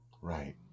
right